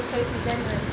છવ્વીસમી જાન્યુઆરી